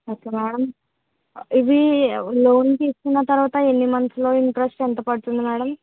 okay madam ఇదీ loan తీసుకున్న తరువాత ఎన్ని మంత్స్లో ఇంట్రెస్ట్ ఎంత పడుతుంది మేడం